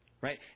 Right